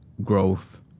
growth